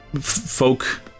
folk